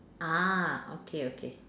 ah okay okay